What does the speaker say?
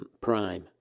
prime